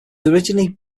originally